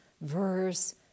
verse